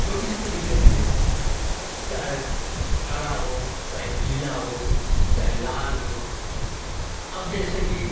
तो इस तरीके से चाहे हरा हो चाहे पीला हो चाहे लाल हो अब जैसे कि